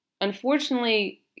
unfortunately